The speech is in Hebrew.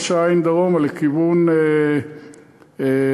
ראש-העין דרומה לכיוון אלעד,